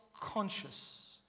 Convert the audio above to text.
conscious